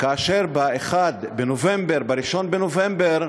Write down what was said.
כאשר ב-1 בנובמבר, בראשון בנובמבר,